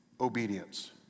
obedience